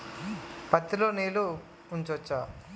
పత్తి లో నీళ్లు ఉంచచ్చా?